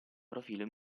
profilo